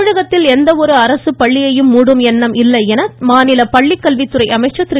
தமிழகத்தில் அரசு பள்ளியை மூடும் எண்ணம் இல்லையென மாநில பள்ளிக்கல்வித்துறை அமைச்சர் திரு